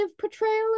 portrayal